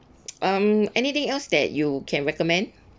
um anything else that you can recommend